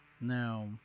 Now